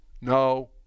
no